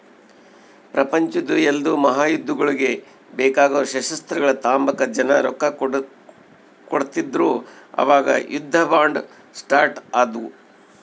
ಪ್ರಪಂಚುದ್ ಎಲ್ಡೂ ಮಹಾಯುದ್ದಗುಳ್ಗೆ ಬೇಕಾಗೋ ಶಸ್ತ್ರಗಳ್ನ ತಾಂಬಕ ಜನ ರೊಕ್ಕ ಕೊಡ್ತಿದ್ರು ಅವಾಗ ಯುದ್ಧ ಬಾಂಡ್ ಸ್ಟಾರ್ಟ್ ಆದ್ವು